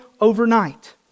overnight